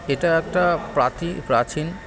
এটা একটা প্রাতি প্রাচীন